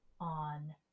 on